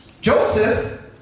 Joseph